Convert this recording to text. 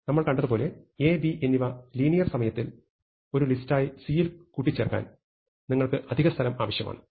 നമ്മൾ കണ്ടതുപോലെ A B എന്നിവ ലീനിയർ സമയത്തിൽ ഒരു ലിസ്റ്റായി C യിൽ കൂട്ടിച്ചേർക്കാൻ നിങ്ങൾക്ക് അധിക സ്ഥലം ആവശ്യമാണ്